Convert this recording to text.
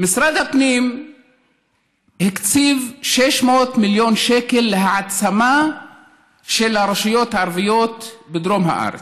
משרד הפנים הקציב 600 מיליון שקל להעצמה של הרשויות הערביות בדרום הארץ.